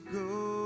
go